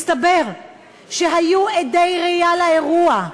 מסתבר שהיו עדי ראייה לאירוע,